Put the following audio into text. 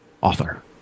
author